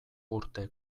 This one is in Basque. urte